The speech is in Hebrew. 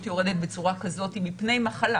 יורדת בצורה כזאת היא מפני מחלה